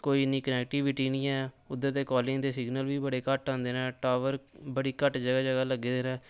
च कोई इ'न्नी कनैक्टीवीटी नीं ऐ उद्धर दे कालिंग दे सिगनल बी बड़े घट्ट आंदे ने बड़ी घट्ट जगहा जगहा लग्गे दे ने